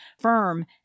firm